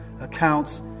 accounts